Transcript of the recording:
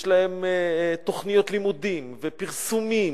יש להם תוכניות לימודים ופרסומים.